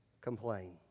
complain